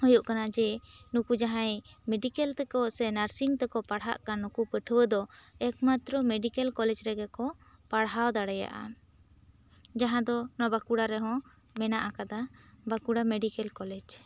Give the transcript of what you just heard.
ᱦᱩᱭᱩᱜ ᱠᱟᱱᱟ ᱡᱮ ᱱᱩᱠᱩ ᱡᱟᱦᱟᱸᱭ ᱢᱮᱰᱤᱠᱮᱞ ᱛᱮᱠᱚ ᱥᱮ ᱱᱟᱨᱥᱤᱝ ᱛᱮᱠᱚ ᱯᱟᱲᱦᱟᱜ ᱠᱟᱱ ᱱᱩᱠᱩ ᱯᱟᱹᱴᱷᱩᱭᱟᱹ ᱫᱚ ᱮᱠᱢᱟᱛᱨᱚ ᱢᱮᱰᱤᱠᱮᱞ ᱠᱚᱞᱮᱡᱽ ᱨᱮᱜᱮ ᱠᱚ ᱯᱟᱲᱦᱟᱣ ᱫᱟᱲᱮᱭᱟᱜᱼᱟ ᱡᱟᱦᱟᱸ ᱫᱚ ᱱᱚᱣᱟ ᱵᱟᱸᱠᱩᱲᱟ ᱨᱮᱦᱚᱸ ᱢᱮᱱᱟᱜ ᱟᱠᱟᱫᱟ ᱵᱟᱸᱠᱩᱲᱟ ᱢᱮᱰᱤᱠᱮᱞ ᱠᱚᱞᱮᱡᱽ